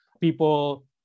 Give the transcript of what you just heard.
people